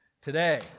today